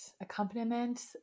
accompaniment